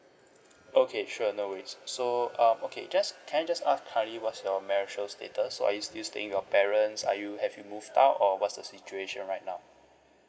okay sure no worries so um okay just can I just ask currently what's your marital status so are you still staying with your parents are you have you moved out or what's the situation right now